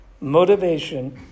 motivation